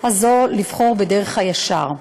זו לבחור בדרך הישר.